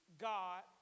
God